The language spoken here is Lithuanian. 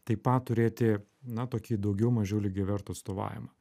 taip pat turėti na tokį daugiau mažiau lygiavertų atstovavimą